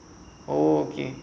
oh okay